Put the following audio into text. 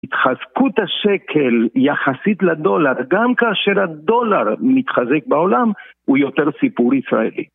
התחזקות השקל יחסית לדולר, גם כאשר הדולר מתחזק בעולם, הוא יותר סיפור ישראלי.